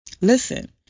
Listen